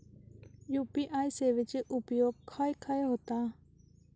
UPI सेवेचा उपयोग खाय खाय होता?